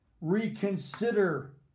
reconsider